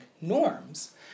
norms